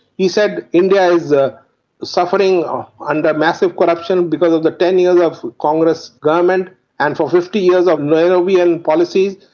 he said india is ah suffering under massive corruption because of the ten years of congress government and for fifty years of nehruvian policies,